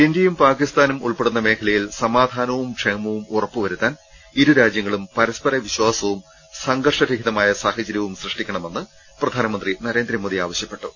ഇന്ത്യയും പാകിസ്ഥാനും ഉൾപ്പെടുന്ന മേഖലയിൽ സമാധാ നവും ക്ഷേമവും ഉറപ്പുവരുത്താൻ ഇരുരാജ്യങ്ങളും പരസ്പര വിശ്വാസവും സംഘർഷരഹിതമായ സാഹചര്യവും സൃഷ്ടിക്കണമെന്ന് പ്രധാനമന്ത്രി നരേന്ദ്രമോദി ആവശ്യപ്പെട്ടു